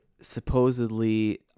supposedly